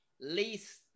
least